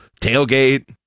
tailgate